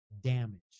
damage